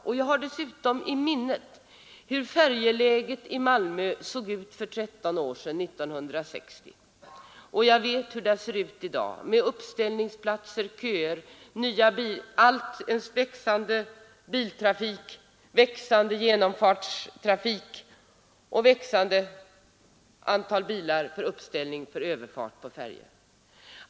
Dessutom har jag i minnet hur färjeläget i Malmö såg ut 1963, alltså för 10 år sedan. Och jag vet hur där ser ut i dag, med uppställningsplatser och köer, med en växande genomfartstrafik och ett ökande antal bilar för uppställning för överfart på färjorna.